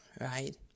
right